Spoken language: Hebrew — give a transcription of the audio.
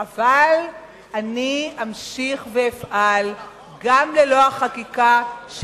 אבל אני אמשיך ואפעל גם ללא החקיקה,